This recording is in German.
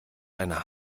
eine